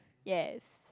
yes